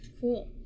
cool